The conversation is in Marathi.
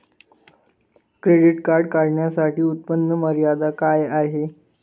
क्रेडिट कार्ड काढण्यासाठी उत्पन्न मर्यादा काय आहे?